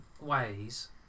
ways